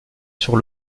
sur